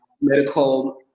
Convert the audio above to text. medical